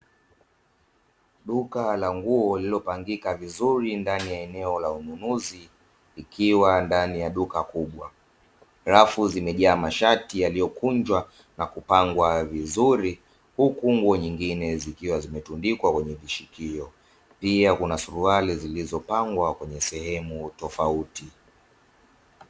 Duka la nguo lililopangika vizuri ndani ya eneo la ununuzi ikiwa ndani ya duka kubwa. Rafu zimejaa mashati yaliyokunjwa na kupangwa vizuri huku nguo nyingine zikiwa zimetundikwa kwenye mishikio pia kuna suruali zilizopangwa kwenye sehemu tofauti.